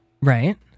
Right